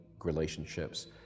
relationships